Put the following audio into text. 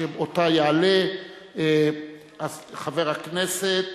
שאותה יעלה חבר הכנסת